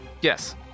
yes